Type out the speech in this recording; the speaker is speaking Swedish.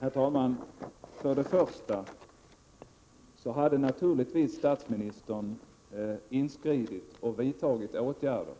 Herr talman! Jag vill för det första säga att statsministern naturligtvis hade inskridit och vidtagit åtgärder